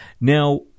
now